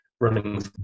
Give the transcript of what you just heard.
running